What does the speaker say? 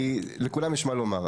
כי לכולם יש מה לומר.